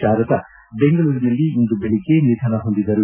ಶಾರದಾ ಬೆಂಗಳೂರಿನಲ್ಲಿ ಇಂದು ಬೆಳಗ್ಗೆ ನಿಧನ ಹೊಂದಿದರು